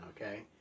okay